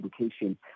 education